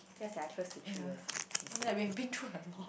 yeah sia close to three years eh you say